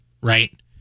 right